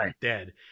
dead